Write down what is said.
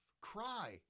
cry